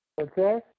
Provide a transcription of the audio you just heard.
Okay